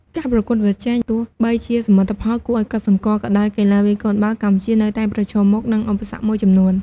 ការប្រកួតប្រជែង ទោះបីជាមានសមិទ្ធផលគួរឱ្យកត់សម្គាល់ក៏ដោយ កីឡាវាយកូនបាល់កម្ពុជានៅតែប្រឈមមុខនឹងឧបសគ្គមួយចំនួន។